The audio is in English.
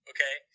Okay